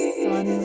sun